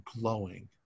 glowing